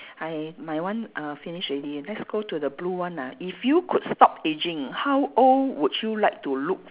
I my one uh finish already let's go to the blue one ah if you could stop aging how old would you like to look